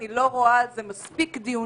אני לא רואה על זה מספיק דיונים,